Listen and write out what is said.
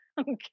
Okay